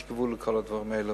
יש גבול לכל הדברים האלה.